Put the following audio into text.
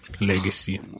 legacy